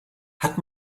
hat